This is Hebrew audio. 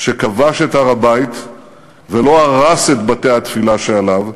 שכבש את הר-הבית ולא הרס את בתי-התפילה שעליו,